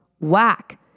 Whack